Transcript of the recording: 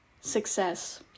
success